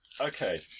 Okay